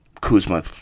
Kuzma